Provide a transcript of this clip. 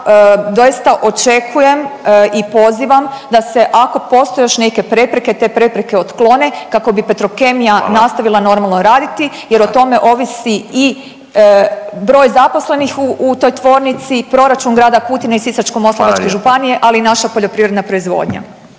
doista očekujem i pozivam da se ako postoje još neke prepreke te prepreke otklone kako bi Petrokemija…/Upadica Radin: Hvala/… nastavila normalno raditi jer o tome ovisi i broj zaposlenih u, u toj tvornici i proračun grada Kutine i Sisačko-moslavačke županije, ali i naša poljoprivredna proizvodnja.